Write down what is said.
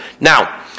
now